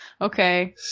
Okay